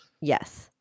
yes